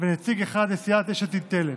ונציג אחד לסיעת יש עתיד-תל"ם.